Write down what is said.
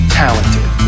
talented